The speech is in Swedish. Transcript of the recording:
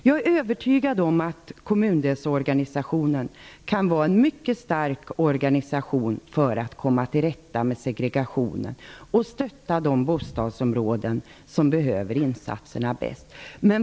Jag är övertygad om att kommundelsorganisationen kan vara en mycket stark organisation när det gäller att komma till rätta med segregationen och att stötta de bostadsområden som har det största behovet av insatser.